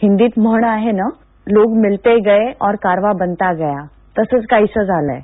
हिंदीत म्हण आहे ना लोक मिलते गये और कारवा बनता गया तसच काहीसं झालंय